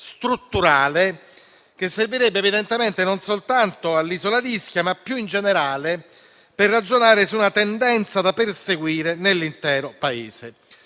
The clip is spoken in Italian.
strutturale che servirebbe evidentemente non soltanto all'isola di Ischia, ma più in generale per ragionare su una tendenza da perseguire nell'intero Paese.